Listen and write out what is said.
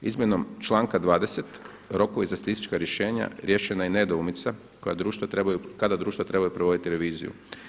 Izmjenom članka 20. rokovi za statistička rješenja riješena je nedoumica kada društva trebaju provoditi reviziju.